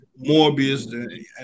Morbius